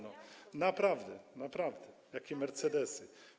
Naprawdę, naprawdę, jakie mercedesy?